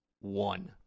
One